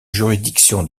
juridiction